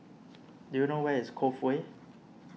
do you know where is Cove Way